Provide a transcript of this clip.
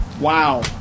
Wow